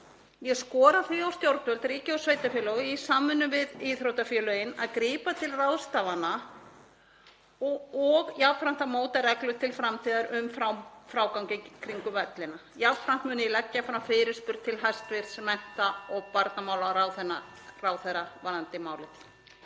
Ég skora því á stjórnvöld, ríki og sveitarfélög, í samvinnu við íþróttafélögin að grípa til ráðstafana og jafnframt að móta reglur til framtíðar um frágang í kringum vellina. Jafnframt mun ég leggja fram fyrirspurn til hæstv. mennta- og barnamálaráðherra varðandi málið.